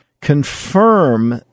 confirm